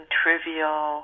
trivial